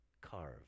carve